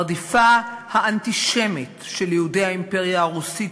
הרדיפה האנטישמית של יהודי האימפריה הרוסית,